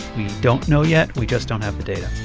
we don't know yet. we just don't have the data